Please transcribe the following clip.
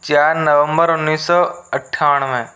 चार नवम्बर उन्नीस सौ अट्ठानवे